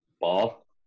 ball